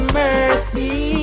mercy